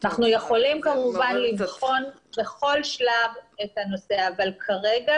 אנחנו כמובן יכולים לבחון בכל שלב את הנושא אבל הרגע,